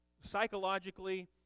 psychologically